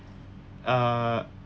uh